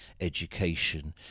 education